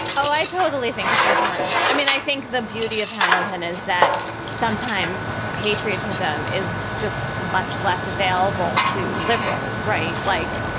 oh, i totally think it's important. i mean, i think the beauty of hamilton is that sometimes patriotism is just much less available to liberals. right. like,